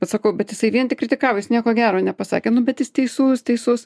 atsakau bet jisai vien tik kritikavo jis nieko gero nepasakė nu bet jis teisus teisus